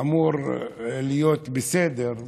אמור להיות בסדר,